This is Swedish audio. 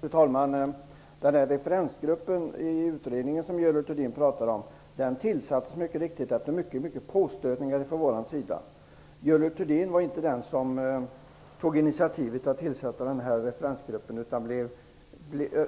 Fru talman! Utredningens referensgrupp, som Görel Thurdin pratade om, tillsattes efter många påstötningar från vår sida. Görel Thurdin var inte den som tog initiativet till att tillsätta den,